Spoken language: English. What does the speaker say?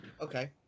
Okay